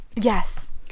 yes